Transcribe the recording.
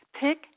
pick